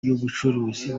y’ubucuruzi